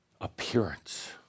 appearance